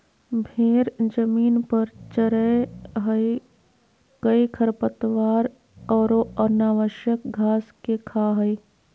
भेड़ जमीन पर चरैय हइ कई खरपतवार औरो अनावश्यक घास के खा हइ